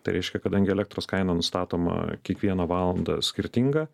tai reiškia kadangi elektros kaina nustatoma kiekvieną valandą skirtinga